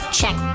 Check